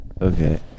Okay